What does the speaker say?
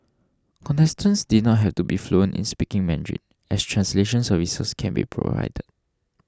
contestants did not have to be fluent in speaking Mandarin as translation services can be provided